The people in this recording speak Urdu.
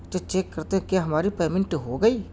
تو چیک کرتے کہ ہماری پیمنٹ ہو گئی